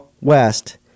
West